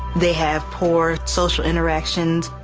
they have poor social interactions.